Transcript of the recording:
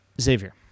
Xavier